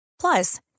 Plus